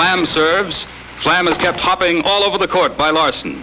lamb serves slam and kept popping up all over the court by larson